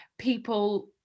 people